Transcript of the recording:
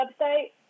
website